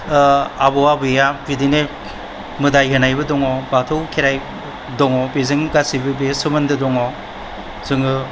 आबौ आबैया बिदिनो मोदाइ होनायबो दङ बाथौ खेराइ दङ बेजों गासैबो बियो सोमोन्दो दङ जोङो